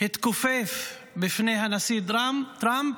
התכופף בפני הנשיא טראמפ